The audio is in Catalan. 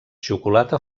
xocolata